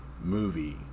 movie